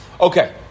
Okay